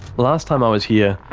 last time i was here,